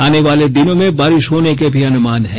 आनेवाले दिनों में बारिश होने के भी अनुमान है